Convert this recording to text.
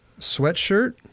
sweatshirt